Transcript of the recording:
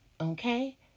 okay